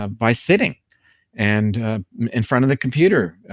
ah by sitting and in front of the computer.